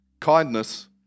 kindness